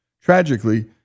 Tragically